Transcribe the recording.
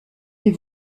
les